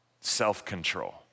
self-control